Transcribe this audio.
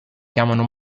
chiamano